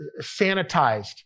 sanitized